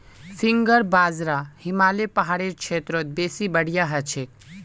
finger बाजरा हिमालय पहाड़ेर क्षेत्रत बेसी बढ़िया हछेक